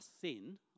sin